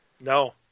No